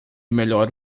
melhor